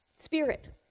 Spirit